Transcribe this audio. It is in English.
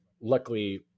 luckily